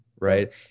right